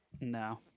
No